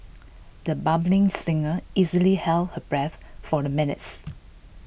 the budding singer easily held her breath for the minutes